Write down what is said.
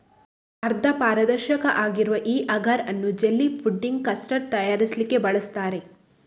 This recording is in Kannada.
ಅರ್ಧ ಪಾರದರ್ಶಕ ಆಗಿರುವ ಈ ಅಗರ್ ಅನ್ನು ಜೆಲ್ಲಿ, ಫುಡ್ಡಿಂಗ್, ಕಸ್ಟರ್ಡ್ ತಯಾರಿಸ್ಲಿಕ್ಕೆ ಬಳಸ್ತಾರೆ